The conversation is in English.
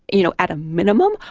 you know, at a minimum,